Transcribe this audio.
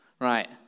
Right